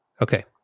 Okay